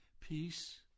Peace